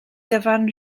dyfan